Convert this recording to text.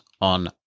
on